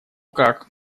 как